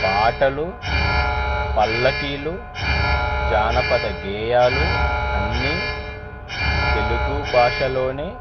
పాటలు పల్లకీలు జానపద గేయాలు అన్నీ తెలుగు భాషలోనే